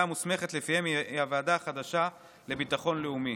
המוסמכת לפיהם היא הוועדה החדשה לביטחון לאומי.